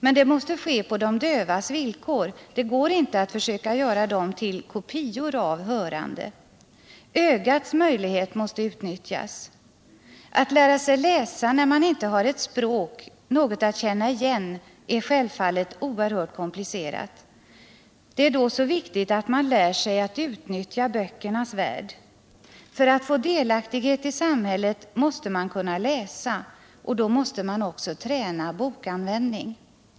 Men det måste ske på de dövas villkor. Det går inteatt försöka göra dem till ”kopior” av de hörande. Ögats möjligheter måste utnyttjas. Att lära sig läsa när man inte har ett språk, något att känna igen, är självfallet oerhört komplicerat. Det är då viktigt att man lär sig att utnyttja böckernas värld. För att få delaktighet i samhället måste man kunna läsa, och då måste man också träna bokanvändning.